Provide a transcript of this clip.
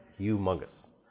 humongous